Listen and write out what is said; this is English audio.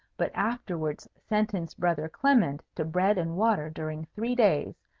but afterwards sentenced brother clement to bread and water during three days,